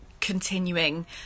continuing